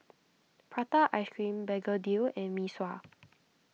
Prata Ice Cream Begedil and Mee Sua